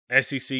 SEC